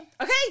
Okay